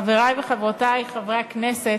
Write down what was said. תודה רבה, חברי וחברותי חברי הכנסת,